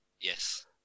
Yes